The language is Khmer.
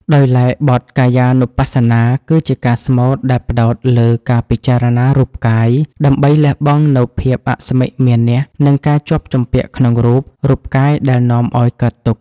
ដោយឡែកបទ កាយានុបស្សនា គឺជាការស្មូតដែលផ្ដោតលើការពិចារណារូបកាយ ដើម្បីលះបង់នូវភាពអស្មិមានៈ និងការជាប់ជំពាក់ក្នុងរូបរូបកាយដែលនាំឱ្យកើតទុក្ខ។